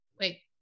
Wait